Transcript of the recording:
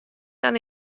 dan